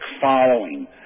following